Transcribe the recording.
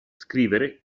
scrivere